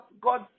God